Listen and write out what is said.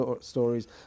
stories